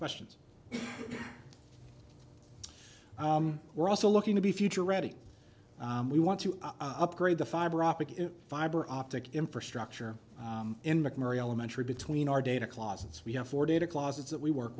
questions we're also looking to be future ready we want to upgrade the fiber optic fiber optic infrastructure in mcmurray elementary between our data closets we have four data closets that we work